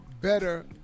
better